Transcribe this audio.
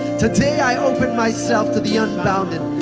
today, i open myself to be unbounded,